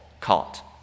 caught